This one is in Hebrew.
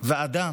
ועדה